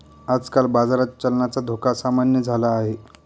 आजकाल बाजारात चलनाचा धोका सामान्य झाला आहे